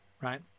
right